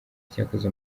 cyakoze